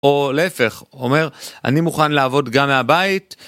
או להפך, הוא אומר, אני מוכן לעבוד גם מהבית.